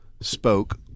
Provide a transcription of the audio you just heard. spoke